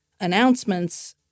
announcements